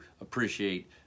appreciate